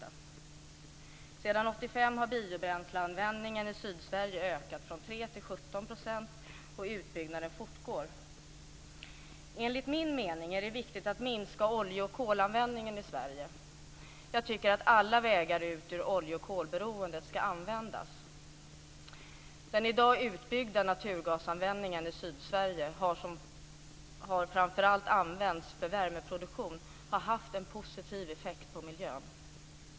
Sedan 1985 har biobränsleanvändningen i Sydsverige ökat från 3 % till 17 %, och utbyggnaden fortgår. Enligt min mening är det viktigt att minska användningen av olja och kol i Sverige. Jag tycker att alla vägar ut ur beroendet av olja och kol ska användas. Den i dag utbyggda naturgasanvändningen i Sydsverige har framför allt använts för värmeproduktion. Det har haft en positiv effekt på miljön.